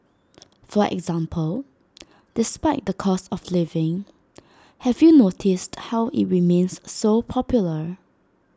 for example despite the cost of living have you noticed how IT remains so popular